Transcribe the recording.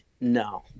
no